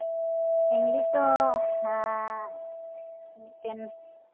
English ᱫᱚ ᱢᱤᱫᱴᱮᱱ